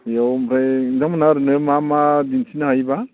बेयाव ओमफ्राय नोंथांमोनहा ओरैनो मा मा दिन्थिनो हायोबा